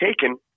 taken